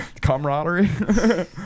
Camaraderie